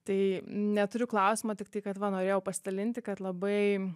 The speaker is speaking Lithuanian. tai neturiu klausimo tiktai kad va norėjau pasidalinti kad labai